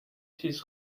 چیز